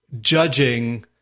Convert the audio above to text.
judging